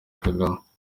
kagame